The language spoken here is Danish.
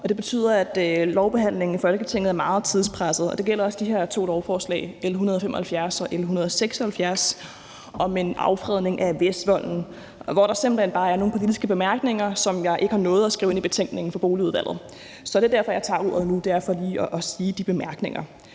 det betyder, at lovbehandlingen i Folketinget er meget tidspresset. Det gælder også de her to lovforslag, L 175 og L 176 om en affredning af Vestvolden. Der er nogle politiske bemærkninger, som jeg simpelt hen bare ikke har nået at skrive ind i betænkningen fra Boligudvalget. Så det er derfor, jeg tager ordet nu, altså for lige at sige de bemærkninger.